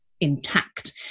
intact